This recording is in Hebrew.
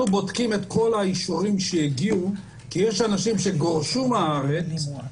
אנחנו בודקים את כל האישורים שהגיעו כי יש אנשים שגורשו מהארץ